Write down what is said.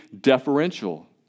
deferential